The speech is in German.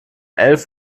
elf